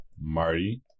marty